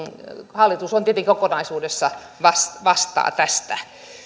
hallitus tietenkin kokonaisuudessaan vastaa tästä